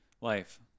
life